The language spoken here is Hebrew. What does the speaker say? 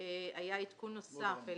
היה עדכון נוסף.